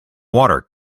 water